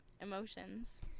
emotions